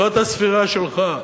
זאת הספירה שלך.